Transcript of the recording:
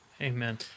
Amen